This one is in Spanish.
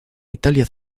italia